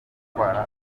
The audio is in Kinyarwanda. gutwara